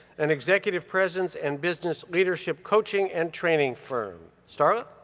an executive presence and business leadership coaching and training firm. starla?